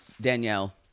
Danielle